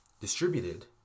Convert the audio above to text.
distributed